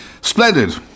Splendid